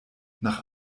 nach